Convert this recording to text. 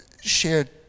shared